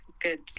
good